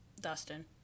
Dustin